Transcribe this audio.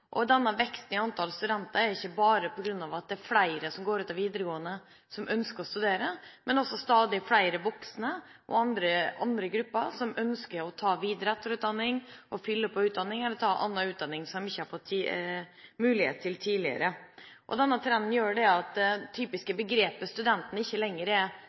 utdanning. Denne veksten i antall studenter kommer ikke bare på grunn av at det er flere som går ut av videregående, og som ønsker å studere. Stadig flere voksne, og andre grupper, ønsker å ta videre- og etterutdanning, fylle på utdanningen eller ta annen utdanning som de ikke har fått mulighet til tidligere. Denne trenden gjør at den typiske studenten ikke lenger er